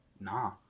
Nah